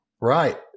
Right